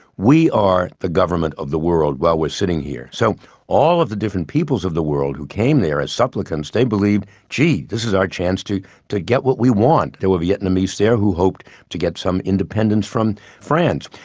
we are the government of the world while we are sitting here. so all of the different peoples of the world who came there as supplicants, they believed, gee, this is our chance to to get what we want. there were vietnamese there who hoped to get some independence from france.